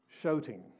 shouting